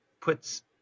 puts